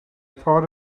thought